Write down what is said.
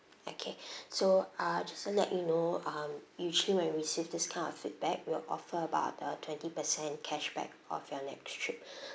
okay so uh just to let you know um usually when we received this kind of feedback we'll offer about a twenty percent cash back of your next trip